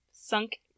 sunk